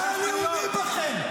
מה לאומי בכם?